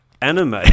anime